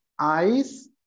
eyes